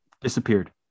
disappeared